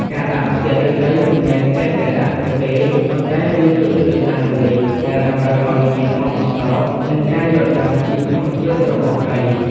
ការដាក់អន្ទាក់ឫស្សីមិនមែនចេះតែដាក់នោះទេ ប៉ុន្តែវាជាយុទ្ធសាស្ត្រមួយដែលតម្រូវឲ្យមានបទពិសោធន៍ និងការយល់ដឹងពីធម្មជាតិរបស់ត្រី។